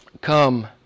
come